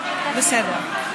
בסדר,